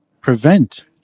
prevent